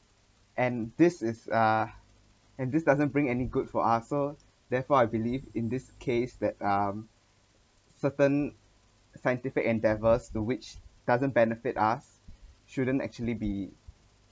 and this is uh and this doesn't bring any good for us so therefore I believe in this case that um certain scientific endeavors to which doesn't benefit us shouldn't actually be